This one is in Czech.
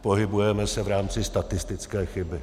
Pohybujeme se v rámci statistické chyby.